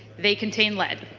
they contain lead.